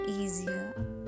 easier